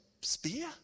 spear